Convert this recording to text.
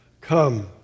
Come